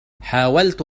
حاولت